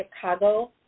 Chicago